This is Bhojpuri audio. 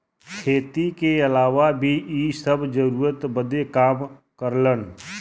खेती के अलावा भी इ सब जरूरत बदे काम करलन